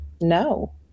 no